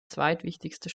zweitwichtigste